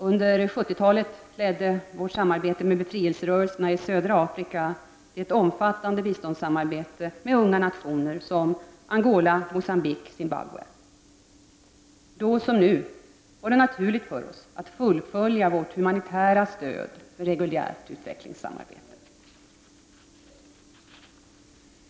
Under 70-talet ledde vårt samarbete med befrielserörelserna i södra Afrika till ett omfattande biståndssamarbete med unga nationer som Angola, Mogambique och Zimbabwe. Då som nu var det naturligt för oss att fullfölja vårt humanitära stöd med reguljärt utvecklingssamarbete.